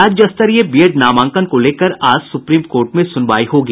राज्य स्तरीय बीएड नामांकन को लेकर आज सुप्रीम कोर्ट में सुनवाई होगी